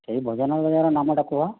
ସେଇ ଭୋଜନ ଜାଗାର ନାମଟା କୁହ